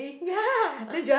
ya